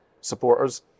supporters